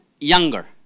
younger